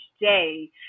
day